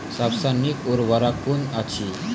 सबसे नीक उर्वरक कून अछि?